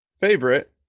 favorite